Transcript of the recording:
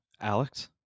Alex